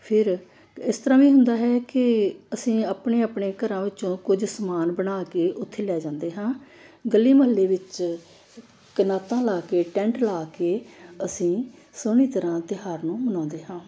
ਫਿਰ ਇਸ ਤਰ੍ਹਾਂ ਵੀ ਹੁੰਦਾ ਹੈ ਕਿ ਅਸੀਂ ਆਪਣੇ ਆਪਣੇ ਘਰਾਂ ਵਿੱਚੋਂ ਕੁਝ ਸਮਾਨ ਬਣਾ ਕੇ ਉੱਥੇ ਲੈ ਜਾਂਦੇ ਹਾਂ ਗਲੀ ਮੁਹੱਲੇ ਵਿੱਚ ਕਨਾਤਾਂ ਲਾ ਕੇ ਟੈਂਟ ਲਾ ਕੇ ਅਸੀਂ ਸੋਹਣੀ ਤਰ੍ਹਾਂ ਤਿਉਹਾਰ ਨੂੰ ਮਨਾਉਂਦੇ ਹਾਂ